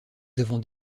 avons